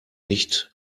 nicht